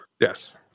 Yes